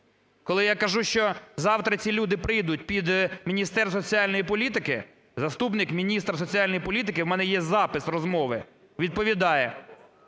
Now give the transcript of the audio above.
Коли я кажу, що завтра ці люди прийдуть під Міністерство соціальної політики, заступник міністра соціальної політики, у мене є запис розмови, відповідає: